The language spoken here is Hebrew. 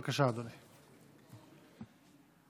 בבקשה, אדוני.